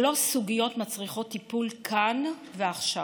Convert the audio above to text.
שלוש סוגיות מצריכות טיפול כאן ועכשיו.